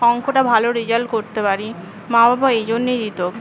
অঙ্কটা ভালো রেজাল্ট করতে পারি মা বাবা এইজন্যই দিত